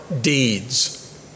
deeds